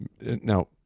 Now